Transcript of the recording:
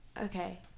Okay